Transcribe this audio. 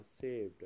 saved